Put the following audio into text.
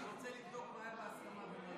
אני רוצה לבדוק מה היה בהסכמה.